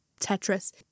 Tetris